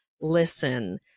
listen